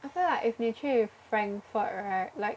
I feel like if 你去 Frankfurt right like